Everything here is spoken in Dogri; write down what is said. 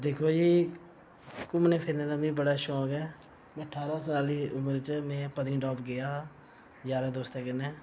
दिक्खो जी घूमने फिरने दा मिगी बड़ा शौक ऐ मैं ठारां साल दी उम्र च मैं पत्नीटाप गेआ हा जारें दोस्तें कन्नै